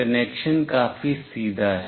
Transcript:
connection काफी सीधा है